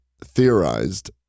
theorized